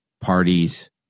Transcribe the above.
Parties